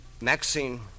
Maxine